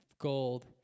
gold